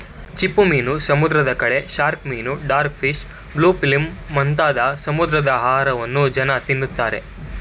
ಚಿಪ್ಪುಮೀನು, ಸಮುದ್ರದ ಕಳೆ, ಶಾರ್ಕ್ ಮೀನು, ಡಾಗ್ ಫಿಶ್, ಬ್ಲೂ ಫಿಲ್ಮ್ ಮುಂತಾದ ಸಮುದ್ರದ ಆಹಾರವನ್ನು ಜನ ತಿನ್ನುತ್ತಾರೆ